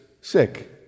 sick